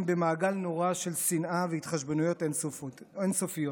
במעגל נורא של שנאה והתחשבנויות אין-סופיות?